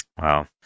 Wow